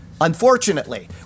Unfortunately